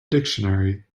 dictionary